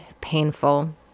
painful